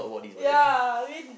ya I mean